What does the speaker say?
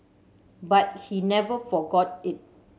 but he never forgot it